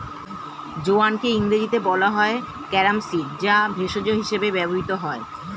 জোয়ানকে ইংরেজিতে বলা হয় ক্যারাম সিড যা ভেষজ হিসেবে ব্যবহৃত হয়